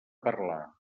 parlar